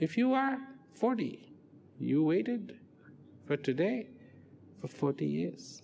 if you are forty you waited for today for forty years